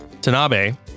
Tanabe